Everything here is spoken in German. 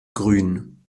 grün